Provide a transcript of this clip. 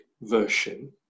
version